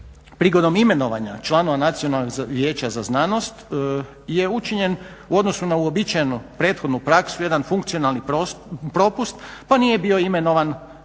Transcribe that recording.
prilikom imenovanja članova Nacionalnog vijeća za znanost je učinjeno u odnosu na uobičajenu prethodnu praksu jedan funkcionalni propust pa nije bio imenovan kao